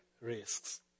risks